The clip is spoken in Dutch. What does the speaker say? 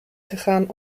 gegaan